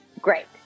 Great